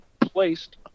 placed